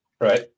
right